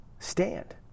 Stand